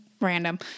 Random